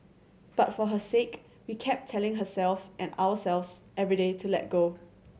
but for her sake we kept telling her and ourselves every day to let go